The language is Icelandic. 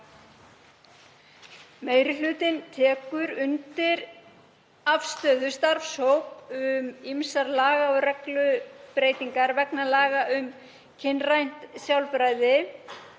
Meiri hlutinn tekur undir afstöðu starfshóps um ýmsar laga- og reglubreytingar vegna laga um kynrænt sjálfræði,